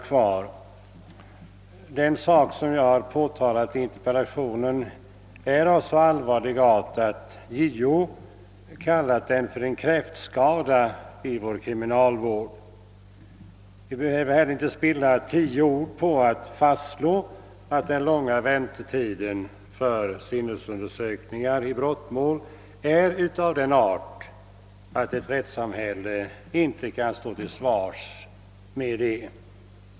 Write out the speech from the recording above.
Det förhållande som jag påtalat i interpellationen är av så allvarlig ari att JO kallat det för en kräftskada i vår kriminalvård, och vi behöver inte spilla tio ord på att fastslå, att den långa väntetiden för sinnesundersökningar vid brottmål är sådan att ett rättssamhälle inte kan stå till svars härmed.